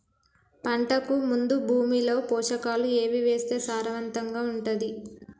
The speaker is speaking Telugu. పంటకు ముందు భూమిలో పోషకాలు ఏవి వేస్తే సారవంతంగా ఉంటది?